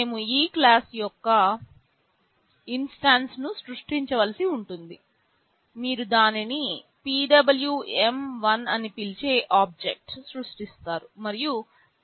మేము ఈ క్లాస్ యొక్క ఇన్స్టాఎస్ ను సృష్టించవలసి ఉంటుంది మీరు దానిని PWM1 అని పిలిచే ఒక ఆబ్జెక్ట్ సృష్టిస్తారు మరియు P21 పిన్ పేరు